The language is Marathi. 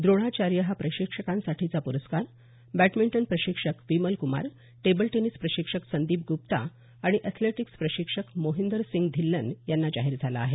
द्रोणाचार्य हा प्रशिक्षकांसाठीचा प्रस्कार बॅडमिंटन प्रशिक्षक विमल कुमार टेबल टेनिस प्रशिक्षक संदीप गुप्ता आणि अॅथलेटिक्स प्रशिक्षक मोहिंदर सिंग ढिल्लन यांना जाहीर झाला आहे